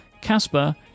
Casper